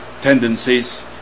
tendencies